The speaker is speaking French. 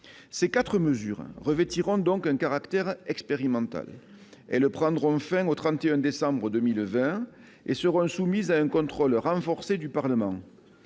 Ces quatre mesures revêtiront donc un caractère expérimental. Elles prendront fin au 31 décembre 2020 et seront soumises à un contrôle renforcé du Parlement.